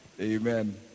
Amen